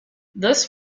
this